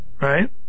right